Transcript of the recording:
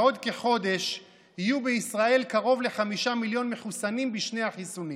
בעוד כחודש יהיו בישראל קרוב לחמישה מיליון מחוסנים בשני החיסונים.